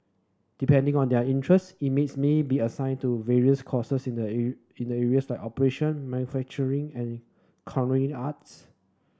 depending on their interests inmates may be assigned to various courses in the in the areas like operation manufacturing and arts